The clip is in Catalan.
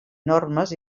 normes